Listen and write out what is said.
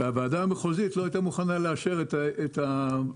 שהוועדה המחוזית לא הייתה מוכנה לאשר את הקמת